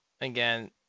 Again